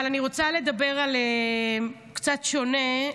אבל אני רוצה לדבר על משהו קצת שונה,